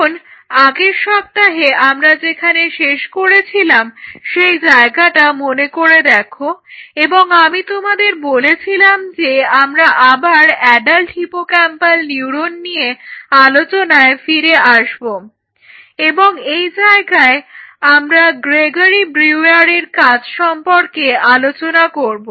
এখন আগের সপ্তাহে আমরা যেখানে শেষ করেছিলাম সেই জায়গাটা মনে করে দেখো এবং আমি তোমাদের বলেছিলাম যে আমরা আবার অ্যাডাল্ট হিপোক্যাম্পাল নিউরোন নিয়ে আলোচনায় ফিরে আসবো এবং এই জায়গায় আমরা গ্রেগরি ব্রিউয়ারের কাজ সম্পর্কে আলোচনা করব